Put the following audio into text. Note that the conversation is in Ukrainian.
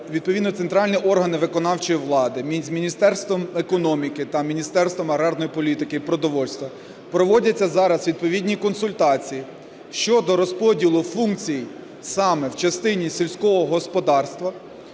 Відповідно центральні органи виконавчої влади з Міністерством економіки та Міністерством аграрної політики і продовольства проводяться зараз відповідні консультації щодо розподілу функцій саме в частині сільського господарства.